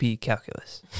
Calculus